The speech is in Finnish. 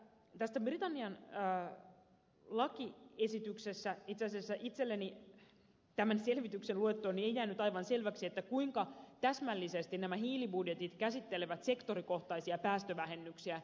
tässä britannian lakiesityksessä itse asiassa itselleni tämän selvityksen luettuani ei jäänyt aivan selväksi kuinka täsmällisesti nämä hiilibudjetit käsittelevät sektorikohtaisia päästövähennyksiä